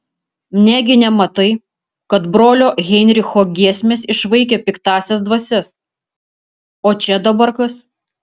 negi nematai kad brolio heinricho giesmės išvaikė piktąsias dvasias o čia dabar kas